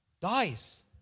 dies